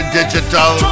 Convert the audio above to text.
digital